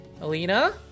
Alina